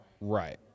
Right